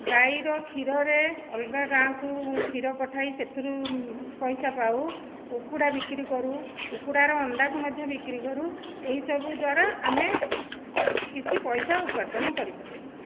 ଗାଈର କ୍ଷୀରରେ ଅଲଗା ଗାଁକୁ କ୍ଷୀର ପଠାଇ ସେଥିରୁ ପଇସା ପାଉ କୁକୁଡ଼ା ବିକ୍ରି କରୁ କୁକୁଡ଼ାର ଅଣ୍ଡାକୁ ମଧ୍ୟ ବିକ୍ରି କରୁ ଏହିସବୁ ଦ୍ୱାରା ଆମେ କିଛି ପଇସା ଉପାର୍ଜନ କରିପାରୁ